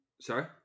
Sorry